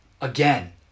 again